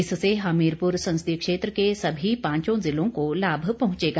इससे हमीरपुर संसदीय क्षेत्र के सभी पांचों जिलों को लाभ पहुंचेगा